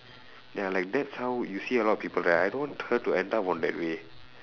ya like that's how you see a lot of people right I don't want her to end up on that way